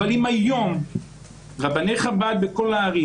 אבל אם היום רבני חב"ד בכל הערים